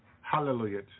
Hallelujah